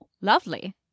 lovely